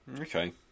okay